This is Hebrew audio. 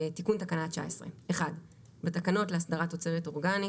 תיקון תקנה 19 בתקנות להסדרת תוצרת אורגנית